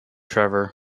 trevor